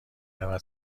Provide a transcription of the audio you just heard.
رود